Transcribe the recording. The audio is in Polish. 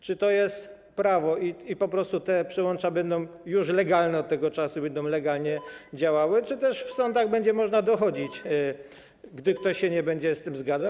Czy to jest prawo i po prostu te przyłącza będą już legalne od tego czasu, będą legalnie działały, czy też w sądach będzie można dochodzić, gdy ktoś się nie będzie z tym zgadzał?